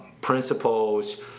principles